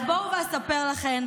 אז בואו ואספר לכן,